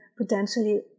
potentially